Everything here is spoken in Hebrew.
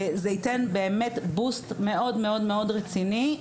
זה ייתן באמת דחיפה מאוד-מאוד רצינית.